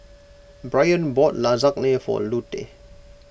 Bryan bought Lasagna for Lute